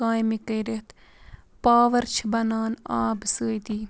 کامہِ کٔرِتھ پاوَر چھِ بَنان آبہٕ سۭتی